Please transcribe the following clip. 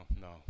no